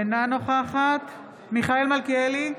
אינה נוכחת מיכאל מלכיאלי,